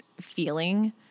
feeling